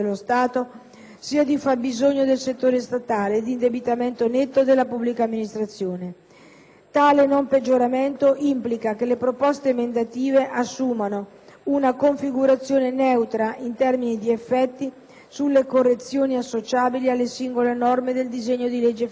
sia di fabbisogno del settore statale e di indebitamento netto della pubblica amministrazione. Tale non peggioramento implica che le proposte emendative assumano una configurazione neutra in termini di effetti sulle correzioni associabili alle singole norme del disegno di legge finanziaria,